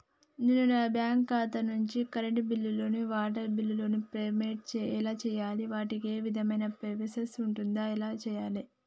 నేను నా బ్యాంకు ఖాతా నుంచి కరెంట్ బిల్లో వాటర్ బిల్లో పేమెంట్ ఎలా చేయాలి? వాటికి ఏ విధమైన ప్రాసెస్ ఉంటది? ఎలా చేయాలే?